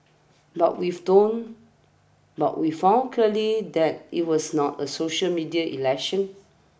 but we've tone but we've found clearly that it was not a social media election